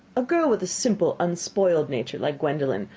a girl with a simple, unspoiled nature, like gwendolen,